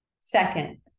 Second